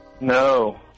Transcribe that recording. No